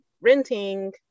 renting